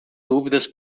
dúvidas